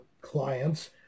clients